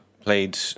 Played